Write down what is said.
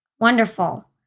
Wonderful